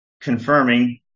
confirming